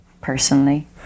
personally